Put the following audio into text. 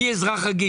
אני אזרח רגיל.